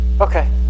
Okay